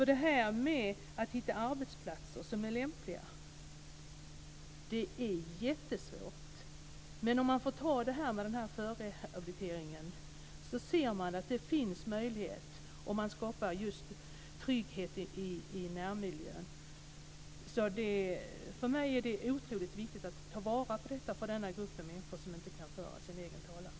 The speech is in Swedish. Att hitta arbetsplatser som är lämpliga är jättesvårt. Men om man använder sig av förrehabilitering ser man att det finns möjligheter om man skapar just trygghet i närmiljön. För mig är det otroligt viktigt att man tar till vara detta för denna grupp människor som inte kan föra sin egen talan.